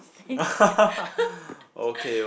say